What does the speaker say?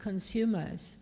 consumers